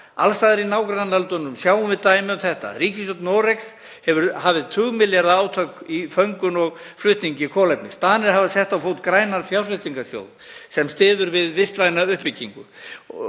Alls staðar í nágrannalöndunum sjáum við dæmi um þetta. Ríkisstjórn Noregs hefur hafið tugmilljarða átök í föngun og flutningi kolefnis. Danir hafi sett á fót grænan fjárfestingarsjóð sem styður við vistvæna uppbyggingu